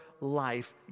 life